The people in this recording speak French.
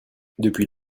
depuis